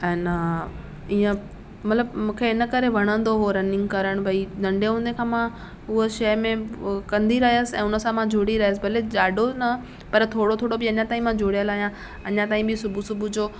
ऐं न ईअं मतिलबु मूंखे इन करे वणंदो हुओ रनिंग करणु भई नंढे हूंदे खां मां उहा शइ में उहो कंदी रहियसि ऐं उन सां मां जुड़ी रहियसि भले जाडो न पर थोरो थोरो बि अञा ताईं मां जुड़ियलु आहियां अञा ताईं बि सुबुह सुबुह जो